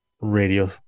radio